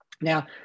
Now